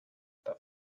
but